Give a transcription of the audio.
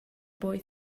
boy